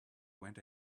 went